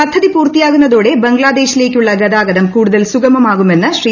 പദ്ധതി പൂർത്തിയാകൂന്ന്തോടെ ബംഗ്ലാദേശിലേക്കുള്ള ഗതാഗതം കൂടുതൽ സുഗമ്മാകൂമെന്ന് ശ്രീ